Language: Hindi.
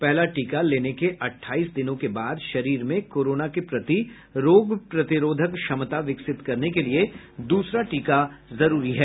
पहला टीका लेने के अठाईस दिनों के बाद शरीर में कोरोना के प्रति रोग प्रतिरोधक क्षमता विकसित करने के लिये दूसरा टीका जरूरी है